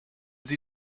sie